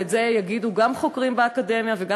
ואת זה יגידו גם חוקרים באקדמיה וגם